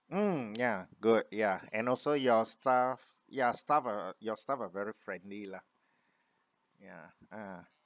mm yeah good ya and also your staff ya staff uh your staff are very friendly lah ya ah